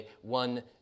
one